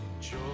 joy